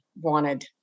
wanted